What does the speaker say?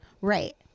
right